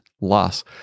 loss